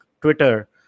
Twitter